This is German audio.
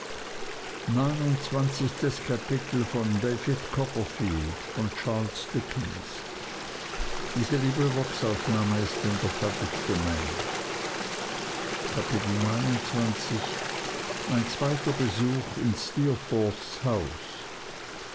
mein zweiter besuch in